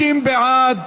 60 בעד,